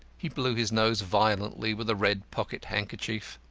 he blew his nose violently with a red pocket-handkerchief.